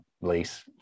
lease